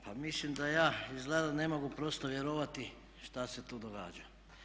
Pa mislim da ja izgleda da ne mogu prosto vjerovati šta se tu događa.